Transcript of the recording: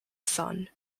son